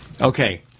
Okay